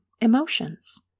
emotions